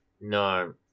No